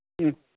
ம்